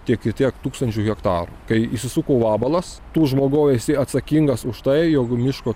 tiek ir tiek tūkstančių hektarų kai įsisuko vabalas tu žmogau esi atsakingas už tai jog miško